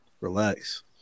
Relax